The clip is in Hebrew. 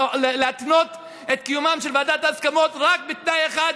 להתנות את קיומה של ועדת ההסכמות רק בדבר אחד,